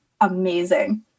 amazing